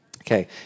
Okay